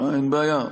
אין בעיה.